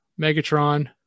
Megatron